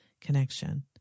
connection